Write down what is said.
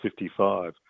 55